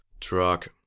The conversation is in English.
truck